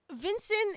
Vincent